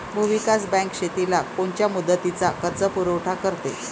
भूविकास बँक शेतीला कोनच्या मुदतीचा कर्जपुरवठा करते?